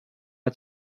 had